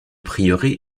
prieuré